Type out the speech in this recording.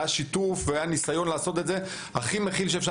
היה שיתוף פעולה והיה ניסיון לעשות את זה באופן הכי מכיל שאפשר.